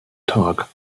tag